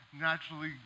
naturally